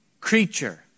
creature